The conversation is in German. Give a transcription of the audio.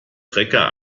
trecker